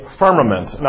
firmament